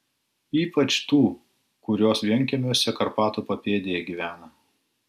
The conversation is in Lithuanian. ypač tų kurios vienkiemiuose karpatų papėdėje gyvena